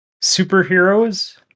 Superheroes